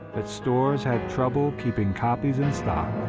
that stores had trouble keeping copies in stock.